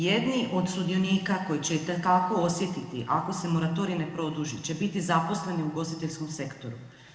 Jedni od sudionika koji će itekako osjetiti ako se moratorij ne produži će biti zaposleni u ugostiteljskom sektoru.